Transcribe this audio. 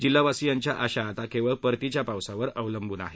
जिल्हावासीयांच्या आशा आता केवळ परतीच्या पावसावर अवलंबून आहेत